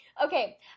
Okay